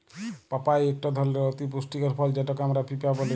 papaya ইকট ধরলের অতি পুষ্টিকর ফল যেটকে আমরা পিঁপা ব্যলি